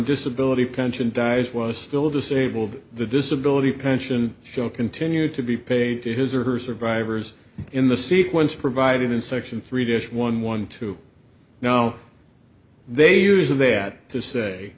disability pension dies was still disabled the disability pension shall continue to be paid to his or her survivors in the sequence provided in section three dish one one two now they use of that to say